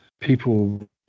people